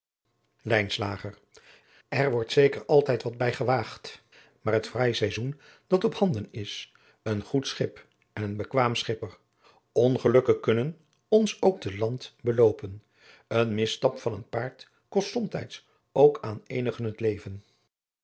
er wordt zeker altijd wat bij gewaagd maar het fraai saizoen dat op handen is een goed schip en een bekwaam schipper ongelukken kunnen ons ook te land beloopen een misstap van een paard kost somtijds ook aan eenigen het leven